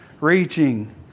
Reaching